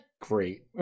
Great